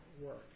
work